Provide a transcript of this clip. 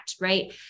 right